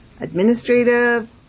administrative